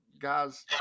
guys